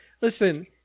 Listen